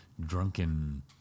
drunken